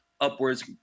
upwards